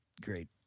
great